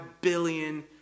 billion